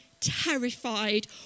terrified